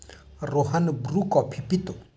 Rohan Bru coffee पितो